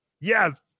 Yes